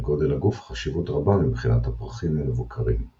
לגודל הגוף חשיבות רבה מבחינת הפרחים המבוקרים –